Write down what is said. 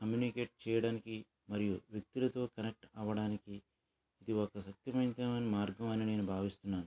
communicate చేయడానికి మరియు వ్యక్తులతో కనెక్ట్ అవ్వడానికి ఇది ఒక శక్తివంతమైన మార్గం అని నేను భావిస్తున్నాను